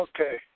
Okay